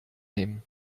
nehmen